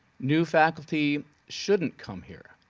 new faculty shouldn't come here.